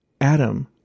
Adam